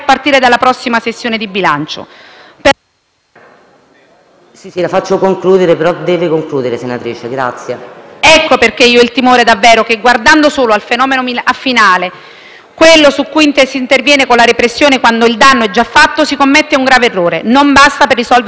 La faccio concludere, ma deve concludere, senatrice. VALENTE *(PD)*. Ecco perché io ho timore davvero che, guardando solo al fenomeno finale, quello su cui si interviene con la repressione quando il danno già è fatto, si commetta un grave errore; non basta per risolvere un problema, che è sociale prima ancora che penale, e non basterà